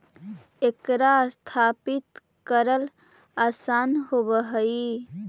एकरा स्थापित करल आसान होब हई